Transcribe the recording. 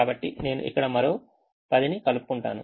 కాబట్టి నేను ఇక్కడ మరో 10ని కలుపుకుంటాను